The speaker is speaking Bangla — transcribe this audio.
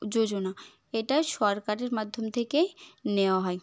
যোজনা এটা সরকারের মাধ্যম থেকেই নেওয়া হয়